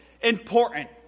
important